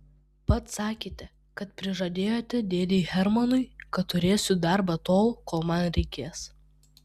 pats sakėte kad prižadėjote dėdei hermanui kad turėsiu darbą tol kol man reikės